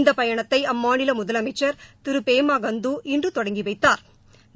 இந்த பயணத்தை அம்மாநில முதலமைச்சா் திரு பேமா கண்ட் இன்று தொடங்கி வைத்தாா்